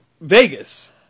Vegas